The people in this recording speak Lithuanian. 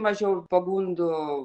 mažiau pagundų